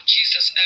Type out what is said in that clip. Jesus